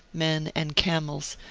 men and camels,